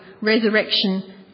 resurrection